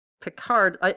picard